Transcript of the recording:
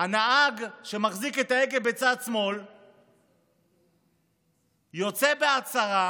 הנהג שמחזיק את ההגה בצד שמאל יוצא בהצהרה